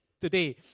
today